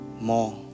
more